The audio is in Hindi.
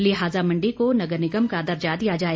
लिहाजा मण्डी को नगर निगम का दर्जा दिया जाए